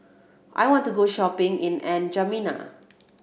I want to go shopping in N'Djamena